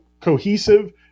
cohesive